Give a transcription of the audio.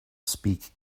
speak